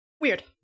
weird